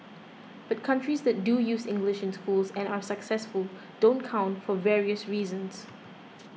but countries that do use English in schools and are successful don't count for various reasons